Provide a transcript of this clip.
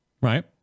Right